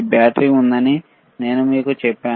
battery ఉందని నేను మీకు చెప్పాను